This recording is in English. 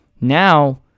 Now